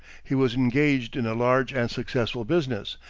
he was engaged in a large and successful business,